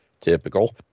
Typical